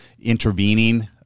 intervening